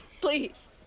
Please